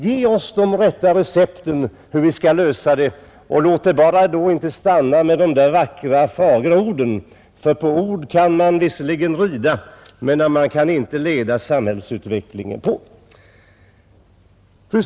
Ge oss de rätta recepten på hur vi skall lösa det problemet, och låt det inte bara stanna vid de där fagra orden. Ord kan man visserligen rida på, men man kan inte leda samhällsutvecklingen med dem!